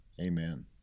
Amen